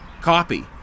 copy